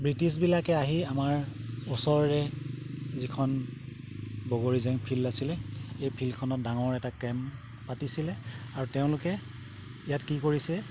ব্ৰিটিছবিলাকে আহি আমাৰ ওচৰৰে যিখন বগৰী জেং ফিল্ড আছিলে এই ফিল্ডখনত ডাঙৰ এটা কেম্প পাতিছিলে আৰু তেওঁলোকে ইয়াত কি কৰিছে